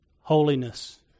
holiness